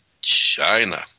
China